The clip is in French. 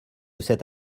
cette